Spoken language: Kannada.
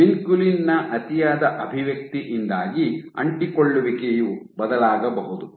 ವಿನ್ಕುಲಿನ್ ನ ಅತಿಯಾದ ಅಭಿವ್ಯಕ್ತಿಯಿಂದಾಗಿ ಅಂಟಿಕೊಳ್ಳುವಿಕೆಯು ಬದಲಾಗಬಹುದು